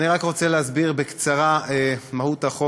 אני רק רוצה להסביר בקצרה את מהות החוק,